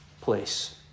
place